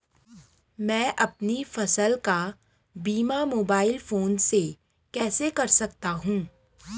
मैं अपनी फसल का बीमा मोबाइल फोन से कैसे कर सकता हूँ?